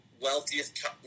wealthiest